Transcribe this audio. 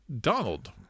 Donald